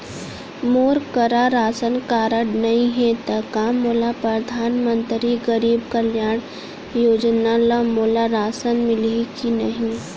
मोर करा ration card नहीं है त का मोल परधानमंतरी गरीब कल्याण योजना ल मोला राशन मिलही कि नहीं?